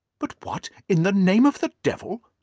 but what in the name of the devil!